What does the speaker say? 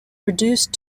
reduced